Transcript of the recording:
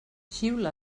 xiula